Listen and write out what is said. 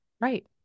right